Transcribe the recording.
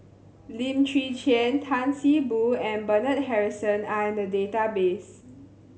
Lim Chwee Chian Tan See Boo and Bernard Harrison are in the database